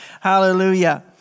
hallelujah